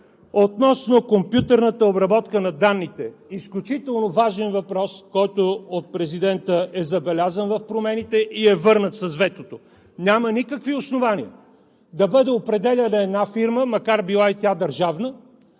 Относно компютърната обработка на данните – изключително важен въпрос, който е забелязан от президента в промените и е върнат с ветото. Няма никакви основания да бъде определяна една фирма, макар и да била тя държавна,